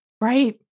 Right